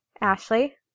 Ashley